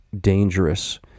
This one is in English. dangerous